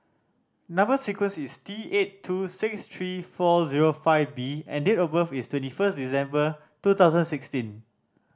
number sequence is T eight two six three four zero five B and date of birth is twenty first December two thousand and sixteen